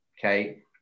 okay